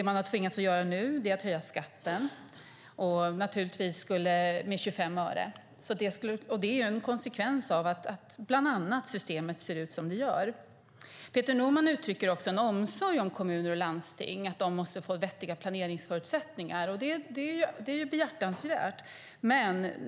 Man har tvingats höja skatten med 25 öre, vilket bland annat är en konsekvens av att systemet ser ut som det gör. Peter Norman uttrycker också en omsorg om kommuner och landsting, att de måste få vettiga planeringsförutsättningar. Det är behjärtansvärt.